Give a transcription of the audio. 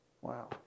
Wow